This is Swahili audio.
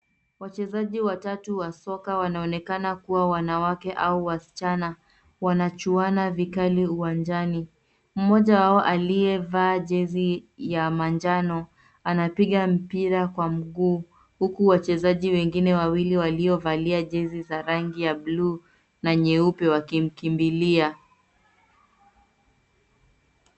Wachezaji watatu wa soka wanaonekana kuwa wanawake au wasichana. Wanachuana vikali uwanjani. Mmoja wao aliyevaa jezi ya manjano anapiga mpira kwa mguu uku wachezaji wengine wawili waliovalia jezi za rangi ya buluu na nyeupe wakimkimbilia.